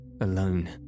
alone